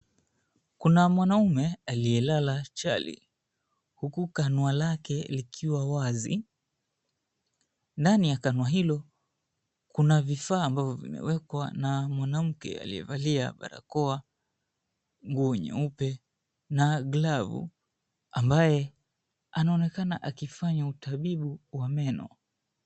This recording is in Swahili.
Kuna mwanaume aliyelala chali, huku kanwa lake likiwa wazi. Ndani ya kanwa hilo kuna vifaa ambavyo vimewekwa na mwanamke aliyevalia barakoa, nguo nyeupe na glavu ambae anaonekana akifanya utabibu wa meno.